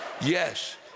Yes